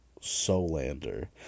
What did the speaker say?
Solander